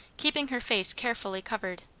keeping her face carefully covered.